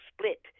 split